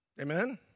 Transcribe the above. Amen